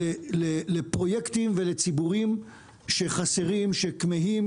בפרויקטים ובציבורים שחסרים, שכמהים